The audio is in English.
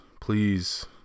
please